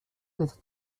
with